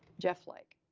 jeff flake.